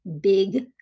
big